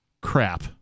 crap